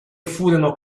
furono